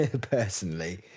personally